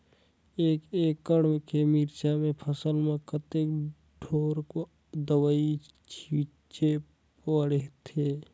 एक एकड़ के मिरचा के फसल म कतेक ढोल दवई छीचे पड़थे?